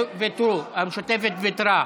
המשותפת ויתרה.